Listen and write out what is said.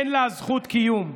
אין לה זכות קיום.